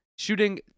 shooting